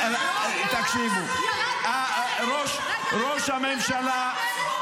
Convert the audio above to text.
אה, ואם הוא אמר שלא יהיה --- בגלל שהוא אמר.